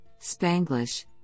Spanglish